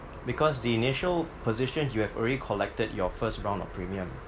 because the initial position you have already collected your first round of premium